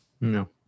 No